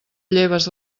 lleves